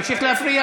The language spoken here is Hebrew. אז שימשיך להפריע?